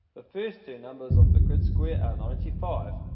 the first two numbers of the grid square are ninety five.